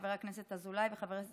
חבר הכנסת אזולאי וחברת